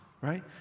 right